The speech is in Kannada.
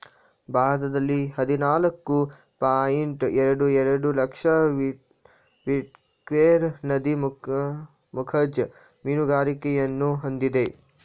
ಭಾರತದಲ್ಲಿ ಹದಿನಾಲ್ಕು ಪಾಯಿಂಟ್ ಎರಡು ಎರಡು ಲಕ್ಷ ಎಕ್ಟೇರ್ ನದಿ ಮುಖಜ ಮೀನುಗಾರಿಕೆಯನ್ನು ಹೊಂದಿದೆ